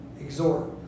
exhort